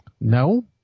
no